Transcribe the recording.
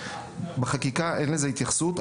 בחקיקה אין לזה התייחסות.